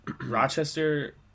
Rochester